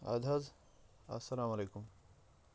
اَدٕ حظ اَسلامُ علیکُم